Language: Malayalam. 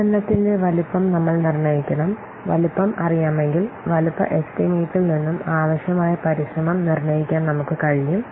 ഉൽപ്പന്നത്തിന്റെ വലുപ്പം നമ്മൾ നിർണ്ണയിക്കണം വലുപ്പം അറിയാമെങ്കിൽ വലുപ്പ എസ്റ്റിമേറ്റിൽ നിന്നും ആവശ്യമായ പരിശ്രമം നിർണ്ണയിക്കാൻ നമുക്ക് കഴിയും